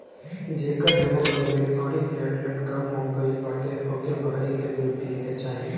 जेकर हिमोग्लोबिन अउरी प्लेटलेट कम हो गईल बाटे ओके बकरी के दूध पिए के चाही